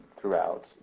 throughout